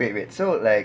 wait wait so like